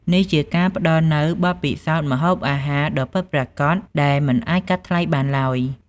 នេះជាការផ្តល់នូវបទពិសោធន៍ម្ហូបអាហារដ៏ពិតប្រាកដដែលមិនអាចកាត់ថ្លៃបានឡើយ។